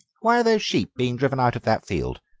why are those sheep being driven out of that field?